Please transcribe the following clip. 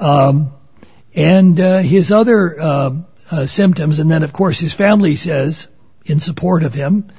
it and his other symptoms and then of course his family says in support of him